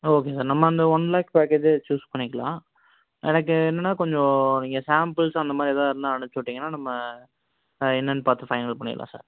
okay sir நம்ம அந்த one lakh பேகேஜ்ஜே சூஸ் பண்ணிக்கலாம் எனக்கு என்னென்னா கொஞ்சம் நீங்கள் சாம்பிள்ஸ் அந்தமாதிரி எதாது இருந்தால் அனுப்பிச்சி விட்டிங்கன்னா நம்ம என்னென்னு பார்த்து ஃபைனல் பண்ணிடலாம் சார்